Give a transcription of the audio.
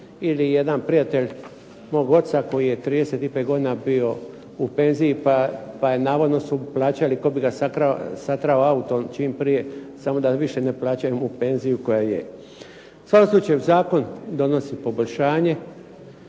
Ili jedan prijatelj mog oca koji je 35 godina bio u penziji pa je navodno su plaćali tko bi ga satrao autom čim prije samo da više ne plaćaju mu penziju koja je. U svakom slučaju zakon donosi poboljšanje